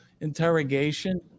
interrogation